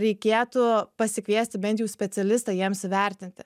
reikėtų pasikviesti bent jau specialistą jiems įvertinti